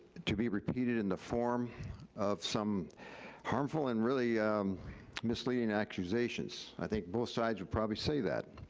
to be repeated in the form of some harmful and really misleading accusations. i think both sides will probably say that.